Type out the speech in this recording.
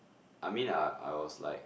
I mean I I was like